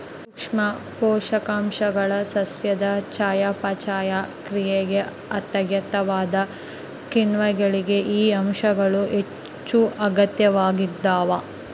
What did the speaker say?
ಸೂಕ್ಷ್ಮ ಪೋಷಕಾಂಶಗಳು ಸಸ್ಯದ ಚಯಾಪಚಯ ಕ್ರಿಯೆಗೆ ಅಗತ್ಯವಾದ ಕಿಣ್ವಗಳಿಗೆ ಈ ಅಂಶಗಳು ಹೆಚ್ಚುಅಗತ್ಯವಾಗ್ತಾವ